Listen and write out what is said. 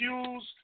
accused